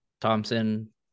Thompson